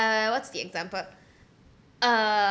what's the example uh